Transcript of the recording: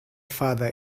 father